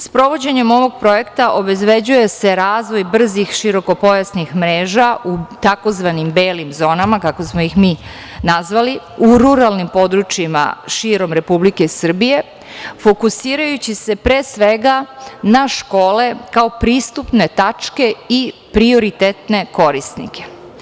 Sprovođenjem ovog projekta obezbeđuje se razvoj brzih širokopojasnih mreža u tzv. beli zonama, kako smo ih mi nazvali, u ruralnim područjima širom Republike Srbije, fokusirajući se pre svega na škole kao pristupne tačke i prioritetne korisnike.